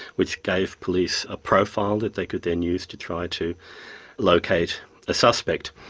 which gave police a profile that they could then use to try to locate a suspect.